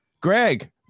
Greg